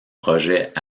project